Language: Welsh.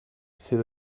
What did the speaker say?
sydd